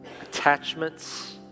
attachments